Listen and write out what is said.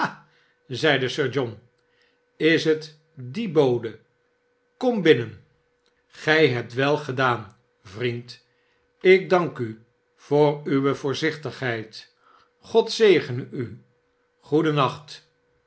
zeide sir john sis het die bode kom binnen gij hebt wel gedaan vriend ik dank u voor uwe voorzichtigheid god zegene u